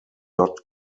dot